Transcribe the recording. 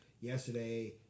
yesterday